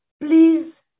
Please